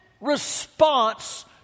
response